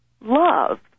love